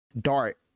dart